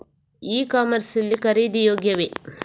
E commerce ಲ್ಲಿ ಖರೀದಿ ಯೋಗ್ಯವೇ?